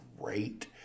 Great